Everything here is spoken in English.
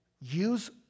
Use